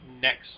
next